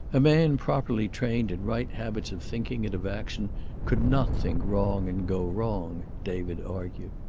a man properly trained in right habits of thinking and of action could not think wrong and go wrong, david argued.